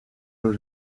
door